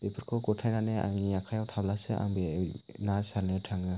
बेफोरखौ गथायनानै आंनि आखाइयाव थाब्लासो आं बे ना सारनो थाङो